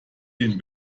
den